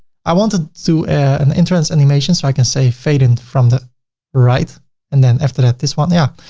i want ah so an entrance animation. so i can say fade in from the right and then after that this one yeah.